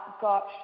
got